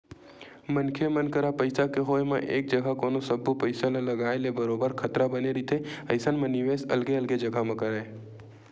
मनखे मन करा पइसा के होय म एक जघा कोनो सब्बो पइसा ल लगाए ले बरोबर खतरा बने रहिथे अइसन म निवेस अलगे अलगे जघा म करय